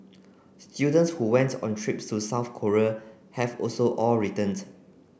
students who went on trips to South Korea have also all returned